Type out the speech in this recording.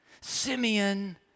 Simeon